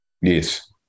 Yes